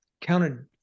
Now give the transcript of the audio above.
counted